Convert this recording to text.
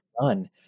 done